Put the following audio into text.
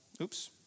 oops